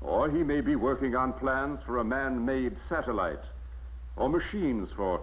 or he may be working on plans for a manmade satellite on machines f